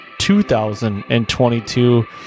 2022